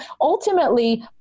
ultimately